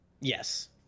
Yes